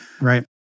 Right